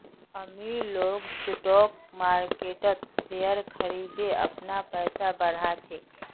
अमीर लोग स्टॉक मार्किटत शेयर खरिदे अपनार पैसा बढ़ा छेक